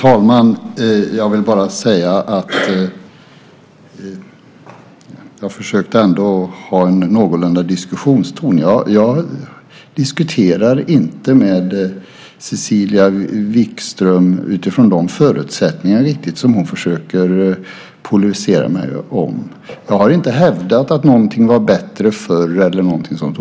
Fru talman! Jag försökte ha en någorlunda diskussionston. Jag diskuterar inte med Cecilia Wikström riktigt utifrån de förutsättningar som hon försöker att polemisera mig med. Jag har inte hävdat att någonting var bättre förr eller någonting sådant.